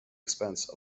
expense